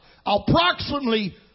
Approximately